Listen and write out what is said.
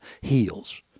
heals